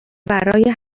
ورای